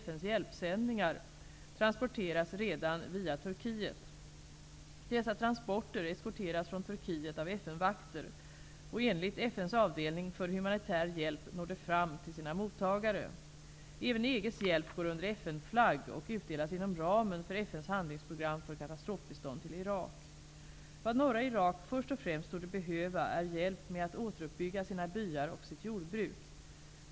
FN:s hjälpsändningar, transporteras redan via Turkiet. Dessa transporter eskorteras från Turkiet av FN-vakter, och enligt FN:s avdelning för humanitär hjälp når de fram till sina mottagare. Även EG:s hjälp går under FN-flagg och utdelas inom ramen för FN:s handlingsprogram för katastrofbistånd till Irak. Vad norra Irak först och främst torde behöva är hjälp med att återuppbygga sina byar och sitt jordbruk.